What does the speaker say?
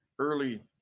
Early